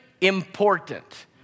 important